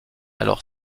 alors